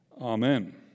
Amen